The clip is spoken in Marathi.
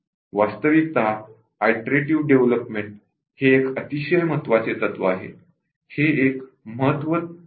वास्तविकतः ईटरेटिव्ह डेव्हलपमेंट हे एक अतिशय महत्त्वाचे तत्व आहे